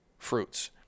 fruits